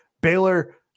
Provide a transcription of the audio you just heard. Baylor